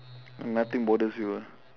nothing bothers you ah